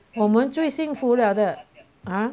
我们最幸福了的啊